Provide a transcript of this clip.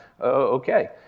Okay